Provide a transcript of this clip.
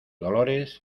dolores